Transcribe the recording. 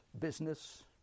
business